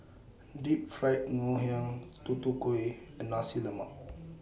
Deep Fried Ngoh Hiang Tutu Kueh and Nasi Lemak